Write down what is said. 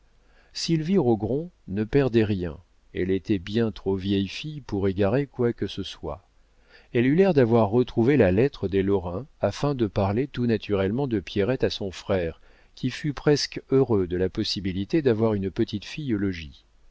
sylvie rogron ne perdait rien elle était bien trop vieille fille pour égarer quoi que ce soit elle eut l'air d'avoir retrouvé la lettre des lorrain afin de parler tout naturellement de pierrette à son frère qui fut presque heureux de la possibilité d'avoir une petite fille